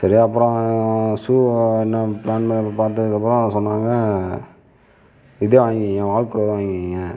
சரி அப்புறம் ஷூ என்ன பிளான் பண்ணி பார்த்ததுக்கப்பறம் சொன்னாங்கள் இதே வாங்கிக்கோங்க வால்க்ரோவே வாங்கிக்கோங்க